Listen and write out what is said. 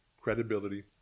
credibility